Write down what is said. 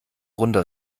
runde